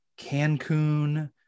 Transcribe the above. Cancun